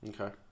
Okay